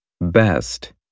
Best